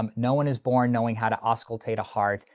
um no one is born knowing how to auscultate a heart.